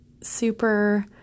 super